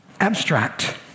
abstract